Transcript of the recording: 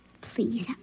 Please